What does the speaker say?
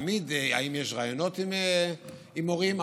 אם תמיד יש ראיונות עם מורים,